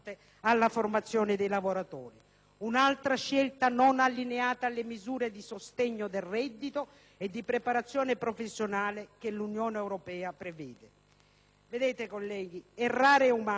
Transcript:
un'altra scelta non allineata alle misure di sostegno del reddito e di preparazione professionale che l'Unione europea prevede. Errare è umano, ma perseverare è diabolico.